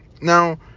Now